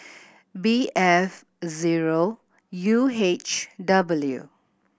B F zero U H W